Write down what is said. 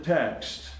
text